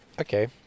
Okay